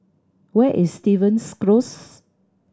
where is Stevens Close